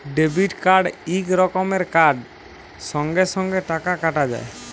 debit card ইক রকমের card সঙ্গে সঙ্গে টাকা কাটা যায়